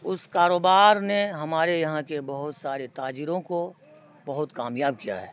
اس کاروبار نے ہمارے یہاں کے بہت سارے تاجروں کو بہت کامیاب کیا ہے